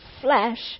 flesh